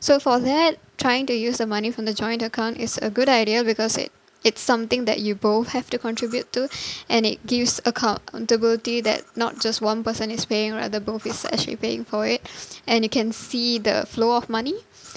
so for that trying to use the money from the joint account is a good idea because it it's something that you both have to contribute to and it gives accountability that not just one person is paying rather both is actually paying for it and you can see the flow of money